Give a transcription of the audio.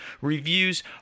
reviews